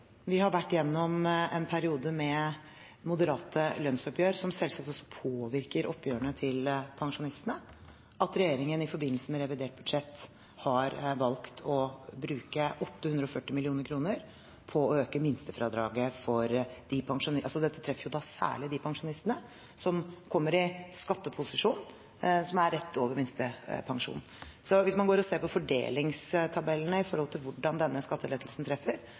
vi har vært gjennom en periode med moderate lønnsoppgjør, som selvsagt også påvirker oppgjørene til pensjonistene, at regjeringen i forbindelse med revidert budsjett har valgt å bruke 840 mill. kr på å øke minstefradraget. Dette treffer særlig de pensjonistene som kommer i skatteposisjon som er rett over minstepensjonen. Hvis man ser på fordelingstabellene med hensyn til hvordan denne skattelettelsen treffer,